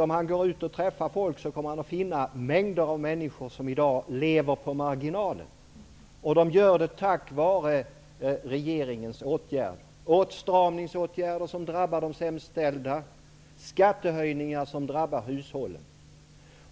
Om han går ut kommer han att träffa mängder av människor som i dag lever på marginalen. Det gör de på grund av regeringens åtgärder. Det är åtstramningsåtgärder som drabbar de sämst ställda och skattehöjningar som drabbar hushållen.